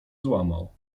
złamał